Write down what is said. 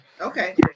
okay